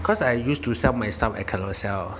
cause I used to sell my stuff at Carousell